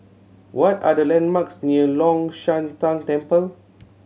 what are the landmarks near Long Shan Tang Temple